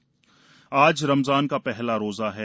रमज़ान आज रमजान का पहला रोजा है